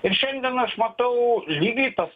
ir šiandien aš matau lygiai tas